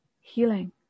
healing